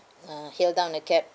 uh hailed down a cab